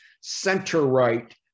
center-right